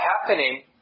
happening